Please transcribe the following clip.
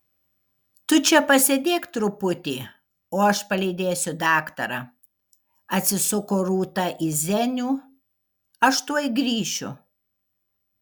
tu čia pasėdėk truputį o aš palydėsiu daktarą atsisuko rūta į zenių aš tuoj grįšiu